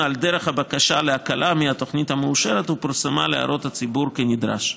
על דרך הבקשה להקלה מהתוכנית המאושרת ופורסמה להערות הציבור כנדרש.